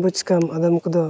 ᱵᱩᱡᱽ ᱠᱟᱢ ᱟᱫᱚᱢ ᱠᱚᱫᱚ